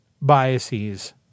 biases